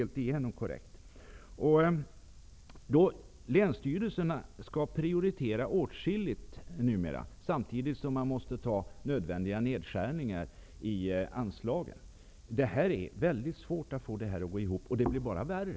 Länsstyrelserna skall prioritera åtskilligt numera, samtidigt som de måste ta nödvändiga nedskärningar i anslagen. Det är mycket svårt att få det här att gå ihop, och det blir bara värre.